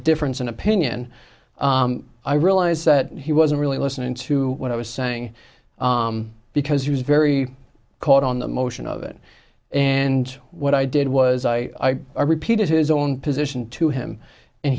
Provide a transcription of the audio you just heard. difference in opinion i realize that he wasn't really listening to what i was saying because he was very caught on the motion of it and what i did was i repeated his own position to him and